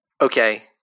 okay